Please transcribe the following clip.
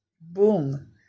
boom